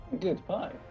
Goodbye